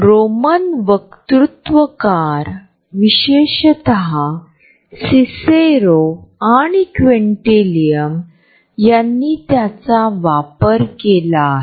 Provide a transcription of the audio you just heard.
proxemics समजण्याचा हा एक अत्यंत वरवरचा मार्ग आहे परंतु हे एक परिपूर्ण स्पष्टीकरण देखील आहे